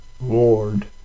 Lord